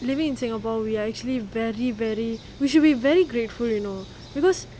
living in singapore we're actually very very we should be very grateful you know because